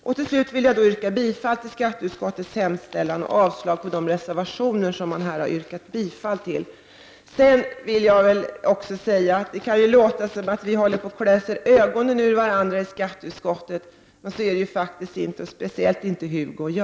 Det kan ju låta som om vi i skatteutskottet håller på att klösa ögonen ur vandra, men så är det ju faktiskt inte — särskilt inte mellan Hugo Hegeland och mig. Till slut yrkar jag bifall till skatteutskottets hemställan och avslag på reservationerna.